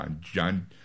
John